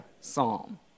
psalm